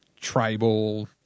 tribal